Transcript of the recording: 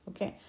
Okay